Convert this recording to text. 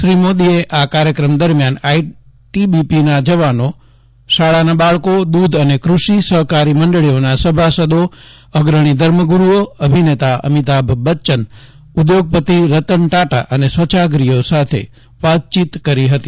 શ્રી મોદીએ આ કાર્યક્રમ દરમિયાન આઈટીબીપીના જવાનો શાળાના બાળકો દૂધ અને ક્રષિ સહકારી મંડળીઓના સભાસદો અગ્રણી ધર્મગૂરૂઓ અભિનેતા અમિતાભ બચ્ચન ઉઘોગપતિ રતન ટાટા અને સ્વચ્છાગ્રહીઓ સાથે વાતચીત કરી હતી